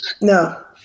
No